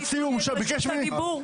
--- את רשות הדיבור.